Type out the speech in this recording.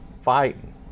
fighting